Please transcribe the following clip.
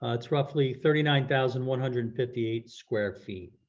ah it's roughly thirty nine thousand one hundred and fifty eight square feet.